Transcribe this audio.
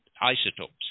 isotopes